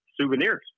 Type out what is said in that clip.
souvenirs